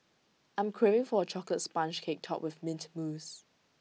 I am craving for A Chocolate Sponge Cake Topped with Mint Mousse